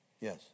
Yes